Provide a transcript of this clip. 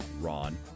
Ron